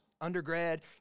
undergrad